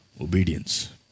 Obedience